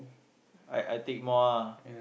I I take more ah